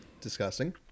Disgusting